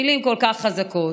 מילים כל כך חזקות,